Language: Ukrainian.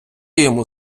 йому